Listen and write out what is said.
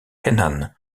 henan